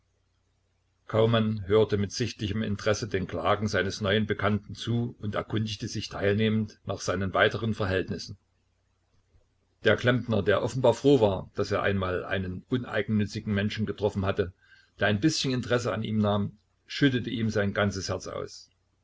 kaumann hörte mit sichtlichem interesse den klagen seines neuen bekannten zu und erkundigte sich teilnehmend nach seinen weiteren verhältnissen der klempner der offenbar froh war daß er einmal einen uneigennützigen menschen getroffen hatte der ein bißchen interesse an ihm nahm schüttete ihm sein ganzes herz aus